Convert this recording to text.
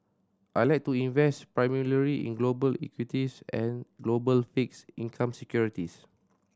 I like to invest primarily in global equities and global fixed income securities